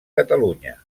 catalunya